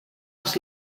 els